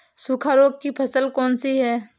सूखा रोग की फसल कौन सी है?